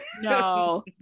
No